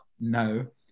no